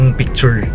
picture